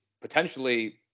potentially